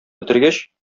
бетергәч